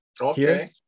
okay